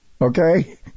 Okay